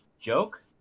joke